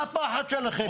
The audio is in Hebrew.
מה הפחד שלכם?